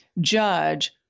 judge